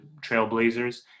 Trailblazers